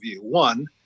One